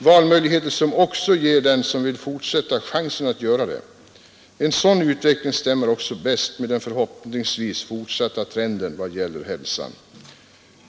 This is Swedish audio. Valmöjligheter, som också ger den, som vill fortsätta, chansen att göra det. En sådan utveckling stämmer också bäst med den förhoppningsvis fortsatta trenden vad gäller hälsan.